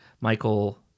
Michael